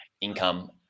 income